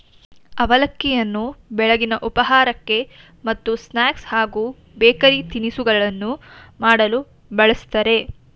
ಅವಲಕ್ಕಿಯನ್ನು ಬೆಳಗಿನ ಉಪಹಾರಕ್ಕೆ ಮತ್ತು ಸ್ನಾಕ್ಸ್ ಹಾಗೂ ಬೇಕರಿ ತಿನಿಸುಗಳನ್ನು ಮಾಡಲು ಬಳ್ಸತ್ತರೆ